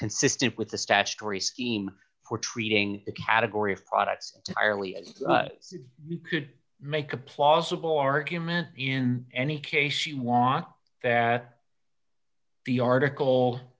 consistent with the statutory scheme for treating the category of products to barely could make a plausible argument in any case you want the article